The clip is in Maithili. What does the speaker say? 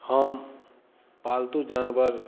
हम पालतू जानवर